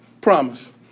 promise